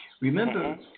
Remember